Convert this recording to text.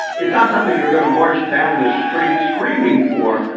it's not something you're going to march down the street screaming for.